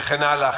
וכן הלאה,